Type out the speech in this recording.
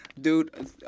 Dude